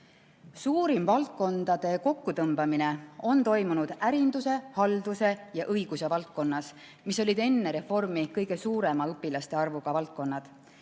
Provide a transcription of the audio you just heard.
Suurim valdkondade kokkutõmbamine on toimunud ärinduse, halduse ja õiguse valdkonnas, mis olid enne reformi kõige suurema õpilaste arvuga valdkonnad.